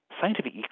scientific